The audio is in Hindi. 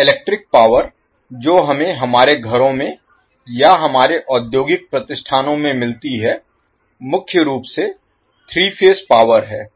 इलेक्ट्रिक पावर जो हमें हमारे घरों में या हमारे औद्योगिक प्रतिष्ठानों में मिलती है मुख्य रूप से 3 फेज पावर है